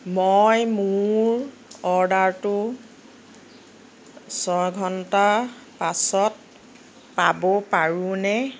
মই মোৰ অৰ্ডাৰটো ছয় ঘণ্টাৰ পাছত পাব পাৰোনে